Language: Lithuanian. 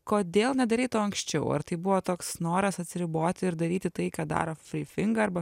kodėl nedarei to anksčiau ar tai buvo toks noras atsiriboti ir daryti tai ką daro frifinga arba